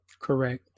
Correct